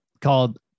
called